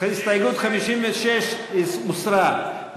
הסתייגות 56 הוסרה.